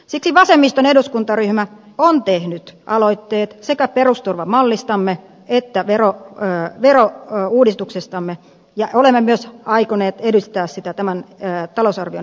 siksi vasemmiston eduskuntaryhmä on tehnyt aloitteet sekä perusturvamallistamme että verouudistuksestamme ja olemme myös aikoneet edistää niitä tämän talousarvion yhteydessä